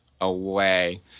away